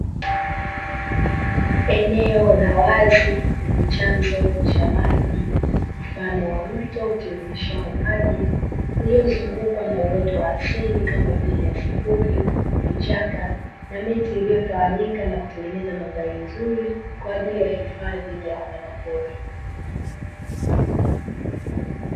Eneo la wazi ni chanzo cha maji mfano wa mto utiririshao maji uliozungukwa na uoto wa asili kama vile: nyasi fupi, vichaka na miti; iliyotawanyika na kutengeneza mandhari nzuri kwa ajili ya hifadhi ya wanyama pori.